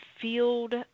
field